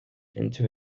into